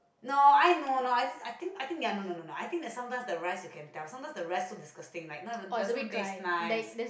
no I know no I think I think no no no I think that sometimes the rice you tell sometimes the rice is disgusting right no even doesn't taste nice